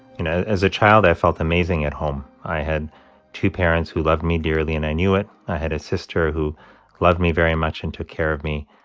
you know, as a child, i felt amazing at home. i had two parents who loved me dearly, and i knew it. i had a sister who loved me very much and took care of me.